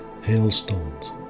hailstones